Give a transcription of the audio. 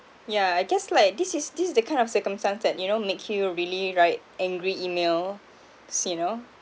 yeah I guess like this is this is the kind of circumstance that you know make you really write angry emails you know